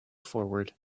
forward